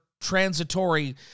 transitory